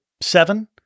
seven